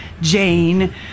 Jane